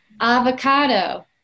avocado